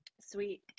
sweet